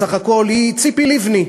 בסך הכול היא ציפי לבני,